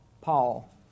Paul